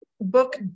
book